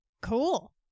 Cool